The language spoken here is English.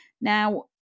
Now